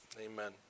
Amen